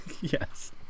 Yes